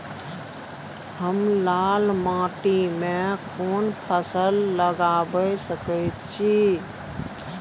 हम लाल माटी में कोन फसल लगाबै सकेत छी?